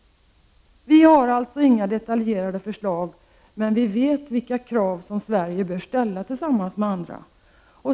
Vi har alltså inga detaljerade förslag, men vi vet vilka krav Sverige bör ställa tillsammans med andra.